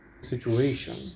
situation